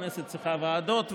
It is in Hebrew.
הכנסת צריכה ועדות,